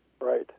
Right